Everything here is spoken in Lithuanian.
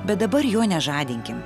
bet dabar jo nežadinkim